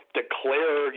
declare